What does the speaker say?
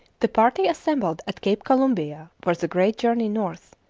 the party assembled at cape columbia for the great journey north,